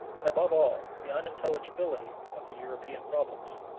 and, above all, the unintelligibility of the european problems,